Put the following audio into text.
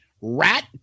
rat